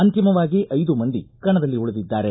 ಅಂತಿಮವಾಗಿ ಐದು ಮಂದಿ ಕಣದಲ್ಲಿ ಉಳಿದಿದ್ದಾರೆ